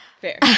Fair